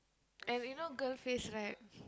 and you know girl face right